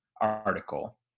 article